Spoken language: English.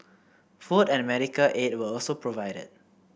food and medical aid were also provided